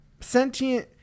sentient